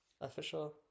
Official